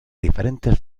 diferentes